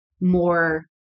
more